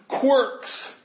quirks